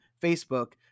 Facebook